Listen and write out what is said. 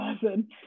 person